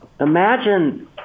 Imagine